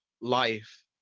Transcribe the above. life